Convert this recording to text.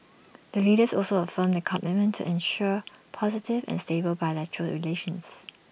the leaders also reaffirmed their commitment ensure positive and stable bilateral relations